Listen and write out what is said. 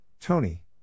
Tony